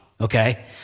okay